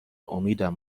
امیدم